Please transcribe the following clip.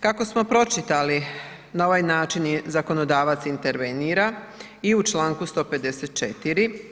Kako smo pročitali na ovaj način je zakonodavac intervenira i u članku 154.